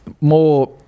More